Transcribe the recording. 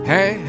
Hey